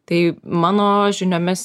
tai mano žiniomis